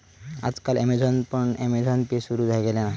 आज काल ॲमेझॉनान पण अँमेझॉन पे सुरु केल्यान हा